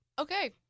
Okay